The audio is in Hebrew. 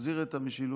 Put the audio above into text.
להחזיר את המשילות,